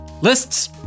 Lists